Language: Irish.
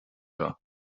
seo